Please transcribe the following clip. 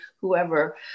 whoever